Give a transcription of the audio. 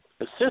assist